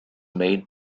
made